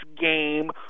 game